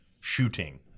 shooting